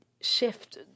shift